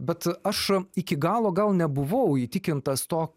bet aš iki galo gal nebuvau įtikintas to